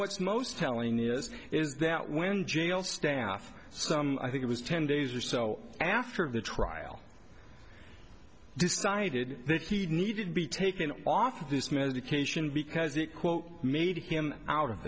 what's most telling us is that when jail staff some i think it was ten days or so after the trial decided that he needed to be taken off this medication because it quote made him out of